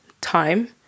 time